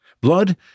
blood